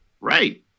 Right